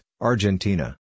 Argentina